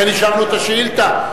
לכן אישרנו את השאילתא.